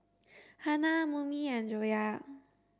Hana Murni and Joyah